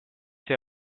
see